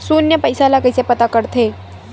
शून्य पईसा ला कइसे पता करथे?